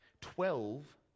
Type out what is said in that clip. Twelve